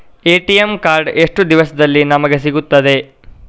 ATM card ಎಷ್ಟು ದಿವಸದಲ್ಲಿ ನಮಗೆ ಸಿಗುತ್ತದೆ?